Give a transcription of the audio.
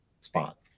Spot